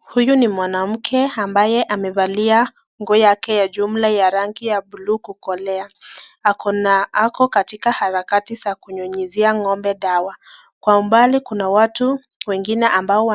Huyu ni mwanamke ambaye amevalia nguo yake ya jumla ya rangi ya bluu kukolea akona ako katika harakati za kunyunyizia ng'ombe dawa ,kwa umbali kuna watu wengine ambao